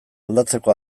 aldatzeko